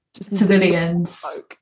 civilians